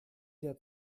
der